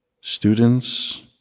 students